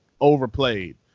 overplayed